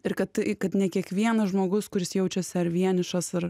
ir kad kad ne kiekvienas žmogus kuris jaučiasi ar vienišas ar